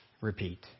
Repeat